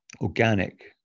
organic